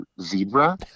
zebra